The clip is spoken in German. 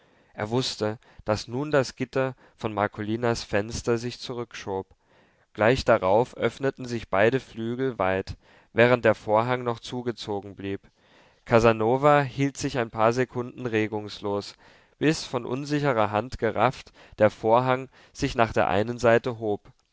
er wußte daß nun das gitter von marcolinens fenster sich zurückschob gleich darauf öffneten sich beide flügel weit während der vorhang noch zugezogen blieb casanova hielt sich ein paar sekunden regungslos bis von unsichtbarer hand gerafft der vorhang sich nach der einen seite hob